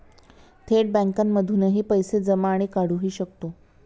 थेट बँकांमधूनही पैसे जमा आणि काढुहि शकतो